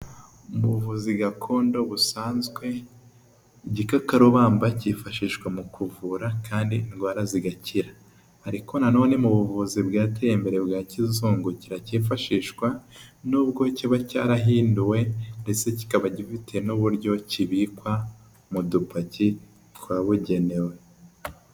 Mu buvuzi gakondo busanzwe gikakarubamba cyifashishwa mu kuvura kandi indwara zigakira ariko nanone mu buvuzi bwateye imbere bwa kizungu kira cyifashishwa n'ubwo kiba cyarahinduwe ndetse kikaba gifite n'uburyo kibikwa mu dupaki twabugenewe.